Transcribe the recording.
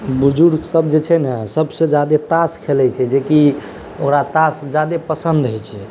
बुजुर्ग सब जे छै ने सबसे ज्यादे तास खेलै छै जेकि ओकरा तास जादे पसन्द होइ छै